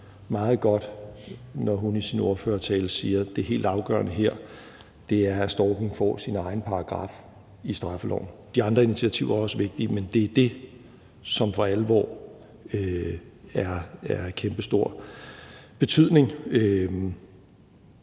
meget godt, når hun i sin ordførertale siger, at det helt afgørende her er, at stalking får sin egen paragraf i straffeloven. De andre initiativer er også vigtige, men det er det, som for alvor er af kæmpestor betydning.